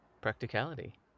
practicality